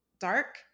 Dark